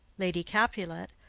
lady capulet,